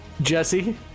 Jesse